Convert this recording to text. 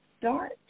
start